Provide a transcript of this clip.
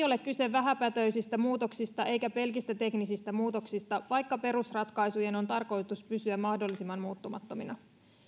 ole kyse vähäpätöisistä muutoksista eikä pelkistä teknisistä muutoksista vaikka perusratkaisujen on tarkoitus pysyä mahdollisimman muuttumattomina